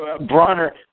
Bronner